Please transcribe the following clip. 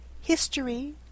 history